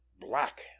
black